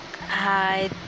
Hi